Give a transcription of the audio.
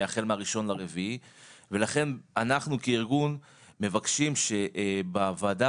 החל מה- 01.4.2023. לכן אנחנו כארגון מבקשים מהוועדה,